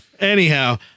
Anyhow